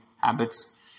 habits